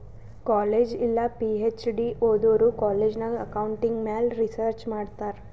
college ಇಲ್ಲ PhD ಓದೋರು college ನಾಗ್ ಅಕೌಂಟಿಂಗ್ ಮ್ಯಾಲ ರಿಸರ್ಚ್ ಮಾಡ್ತಾರ್